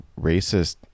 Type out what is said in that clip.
racist